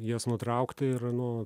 jas nutraukti ir anot tai